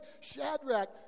Shadrach